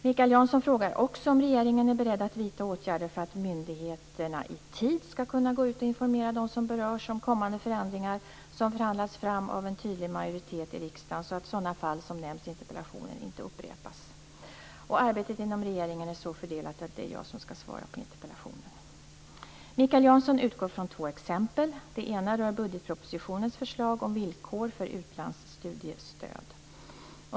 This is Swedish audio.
Mikael Janson frågar också om regeringen är beredd att vidta åtgärder för att myndigheterna i tid skall kunna gå ut och informera dem som berörs om kommande förändringar som förhandlats fram av en tydlig majoritet i riksdagen så att sådana fall som nämns i interpellationen inte upprepas. Arbetet inom regeringen är så fördelat att det är jag som skall svara på interpellationen. Mikael Janson utgår från två exempel. Det ena rör budgetpropositionens förslag om villkor för utlandsstudiestöd.